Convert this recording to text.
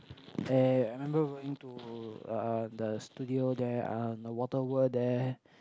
eh I remember going to uh the studio there and the water world there